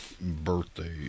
Birthday